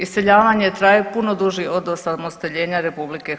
Iseljavanje traje puno duži od osamostaljenje RH.